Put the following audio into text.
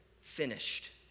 finished